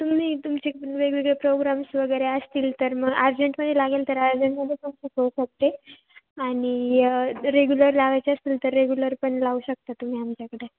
तुम्ही तुमचे वेगवेगळे प्रोग्राम्स वगैरे असतील तर मग अर्जंटमध्ये लागेल तर अर्जंटमदे पण शिकवू शकते आणि रेग्युलर लावायचे असतील तर रेग्युलर पण लावू शकता तुम्ही आमच्याकडे